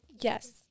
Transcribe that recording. Yes